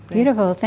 Beautiful